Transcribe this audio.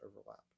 overlap